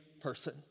person